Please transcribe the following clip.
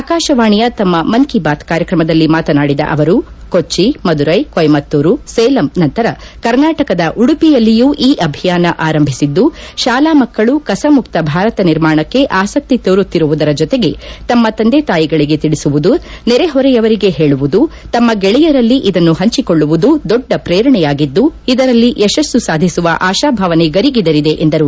ಆಕಾಶವಾಣೆಯ ತಮ್ಮ ಮನ್ ಕಿ ಬಾತ್ ಕಾರ್ಯಕ್ರಮದಲ್ಲಿ ಮಾತನಾಡಿದ ಅವರು ಕೊಚ್ಚಿ ಮಧುರೈ ಕೊಯಮತ್ತೂರು ಸೇಲಂ ನಂತರ ಕರ್ನಾಟಕದ ಉಡುಪಿಯಲ್ಲಿಯೂ ಈ ಅಭಿಯಾನ ಆರಂಭಿಸಿದ್ದು ಶಾಲಾ ಮಕ್ಕಳು ಕಸಮುಕ್ತ ಭಾರತ ನಿರ್ಮಾಣಕ್ಕೆ ಆಸಕ್ತಿ ತೋರುತ್ತಿರುವುದರ ಜೊತೆಗೆ ತಮ್ಮ ತಂದೆ ತಾಯಿಗಳಿಗೆ ತಿಳಿಸುವುದು ನೆರೆಹೊರೆಯವರಿಗೆ ಹೇಳುವುದು ತಮ್ಮ ಗೆಳೆಯರಲ್ಲಿ ಇದನ್ನು ಹಂಚಿಕೊಳ್ಳುವುದು ದೊಡ್ಡ ಪ್ರೇರಣೆಯಾಗಿದ್ದು ಇದರಲ್ಲಿ ಯಶಸ್ಸು ಸಾಧಿಸುವ ಆಶಾಭಾವನೆ ಗರಿಗೆದರಿದೆ ಎಂದರು